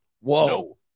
Whoa